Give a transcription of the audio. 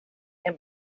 can